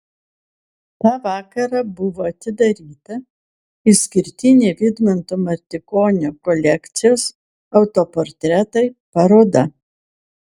tą vakarą buvo atidaryta išskirtinė vidmanto martikonio kolekcijos autoportretai paroda